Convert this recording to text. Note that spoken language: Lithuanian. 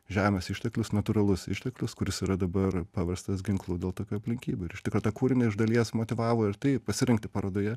žemės išteklius natūralus išteklius kuris yra dabar paverstas ginklu dėl tokių aplinkybių ir iš tikro tą kūrinį iš dalies motyvavo ir tai pasirinkti parodoje